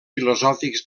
filosòfics